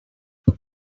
what